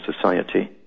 Society